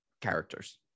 characters